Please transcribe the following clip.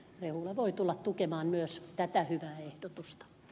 rehula voi tulla tukemaan myös tätä hyvää ehdotusta